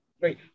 great